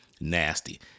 nasty